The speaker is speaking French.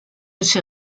ces